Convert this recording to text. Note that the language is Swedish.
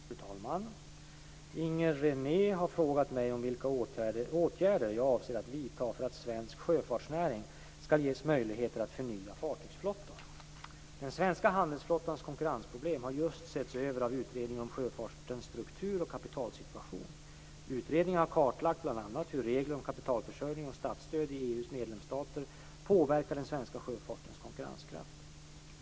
Fru talman! Inger René har frågat mig vilka åtgärder jag avser att vidta för att svensk sjöfartsnäring skall ges möjligheter att förnya fartygsflottan. Den svenska handelsflottans konkurrensproblem har just setts över av Utredningen om sjöfartens struktur och kapitalsituation . Utredningen har kartlagt bl.a. hur reglerna om kapitalförsörjning och statsstöd i EU:s medlemsstater påverkar den svenska sjöfartens konkurrenskraft.